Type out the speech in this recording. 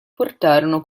portarono